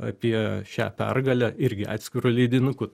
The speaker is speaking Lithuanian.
apie šią pergalę irgi atskiru leidinuku